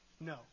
No